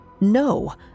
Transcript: No